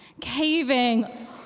Caving